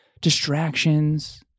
distractions